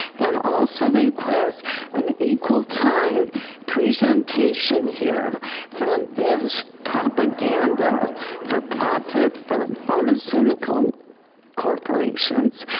and also request an equal time presentation here from this propaganda for profit for pharmaceutical corporations.